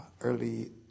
early